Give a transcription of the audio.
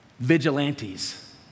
vigilantes